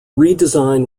redesign